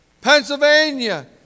Pennsylvania